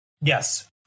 Yes